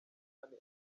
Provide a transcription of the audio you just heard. andré